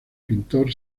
pintor